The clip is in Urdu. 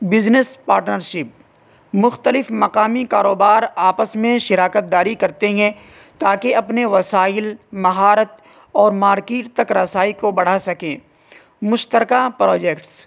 بزنس پارٹنرشپ مختلف مقامی کاروبار آپس میں شراکت داری کرتے ہیں تاکہ اپنے وسائل مہارت اور مارکیٹ تک رسائی کو بڑھا سکیں مشترکہ پروجیکٹس